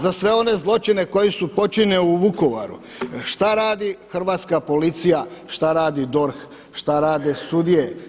Za sve one zločine koji su počinjeni u Vukovaru, šta radi hrvatska policija, šta radi DORH, šta rade sudije?